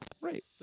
Right